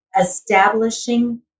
establishing